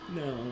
no